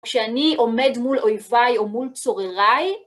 כשאני עומד מול אויביי או מול צורריי,